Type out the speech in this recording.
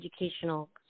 educational